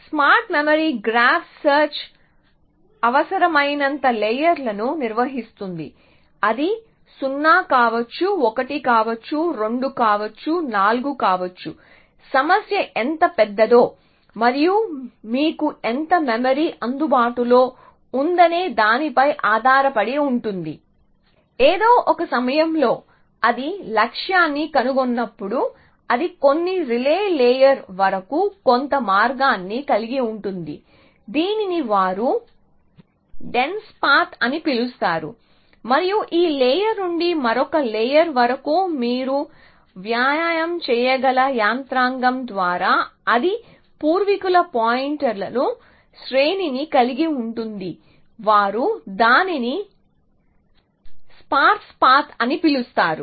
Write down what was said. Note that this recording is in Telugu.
స్మార్ట్ మెమరీ గ్రాఫ్ సెర్చ్ అవసరమైనంత లేయర్ లను నిర్వహిస్తుంది అది 0 కావచ్చు 1 కావచ్చు 2 కావచ్చు 4 కావచ్చు సమస్య ఎంత పెద్దదో మరియు మీకు ఎంత మెమరీ అందుబాటులో ఉందనే దానిపై ఆధారపడి ఉంటుంది ఏదో ఒక సమయంలో అది లక్ష్యాన్ని కనుగొన్నప్పుడు అది కొన్ని రిలే లేయర్ వరకు కొంత మార్గాన్ని కలిగి ఉంటుంది దీనిని వారు డ్న్సె పాత్ అని పిలుస్తారు మరియు ఈ లేయర్ నుండి మరొక లేయర్ వరకు మీరు వ్యాయామం చేయగల యంత్రాంగం ద్వారా అది పూర్వీకుల పాయింటర్ల శ్రేణిని కలిగి ఉంటుంది వారు దానిని స్పార్స్ పాత్ అని పిలుస్తారు